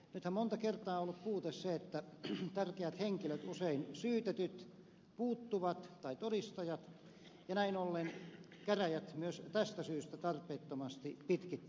nythän monta kertaa on ollut puute se että tärkeät henkilöt usein syytetyt tai todistajat puuttuvat ja näin ollen käräjät myös tästä syystä tarpeettomasti pitkittyvät